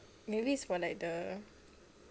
maybe for like the